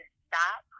stop